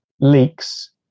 leaks